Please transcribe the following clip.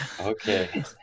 Okay